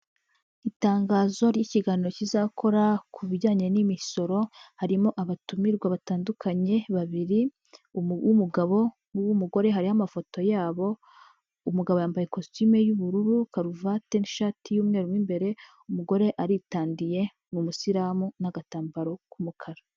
Itangazo ry'ikiganiro kizakora ku bijyanye n'imisoro, harimo abatumirwa batandukanye babiri, uw' umugabo, uw'umugore, hariho amafoto yabo, umugabo yambaye kositime y'ubururu, karuvati n'ishati y'umweru mo imbere, umugore aritandiye ni umusiramu n'agatambaro k'umukara.